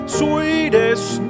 sweetest